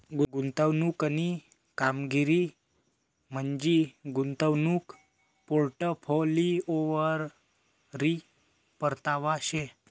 गुंतवणूकनी कामगिरी म्हंजी गुंतवणूक पोर्टफोलिओवरी परतावा शे